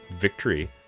Victory